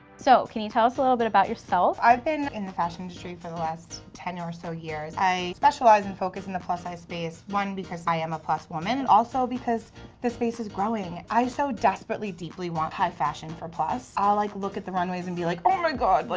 so, can you tell us a little bit about yourself? i've been in the fashion industry for the last ten or so years. i specialize and focus on the plus size space. one, because i am a plus woman, and also because the space is growing. i so desperately, deeply want high fashion for plus. i'll like look at the runways and be like, oh my god, but